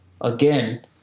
again